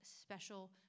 special